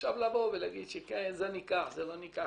עכשיו לבוא ולהגיד - זה ניקח, זה לא ניקח